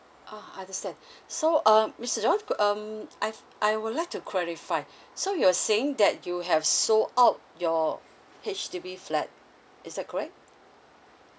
oh understand so um mister john um I've I would like to clarify so you're saying that you have sold out your H_D_B flat is that correct